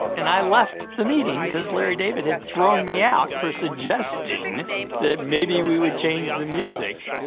and i left the meeting because larry david had thrown me out for suggesting that maybe we would change the music.